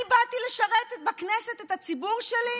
אני באתי לשרת בכנסת את הציבור שלי,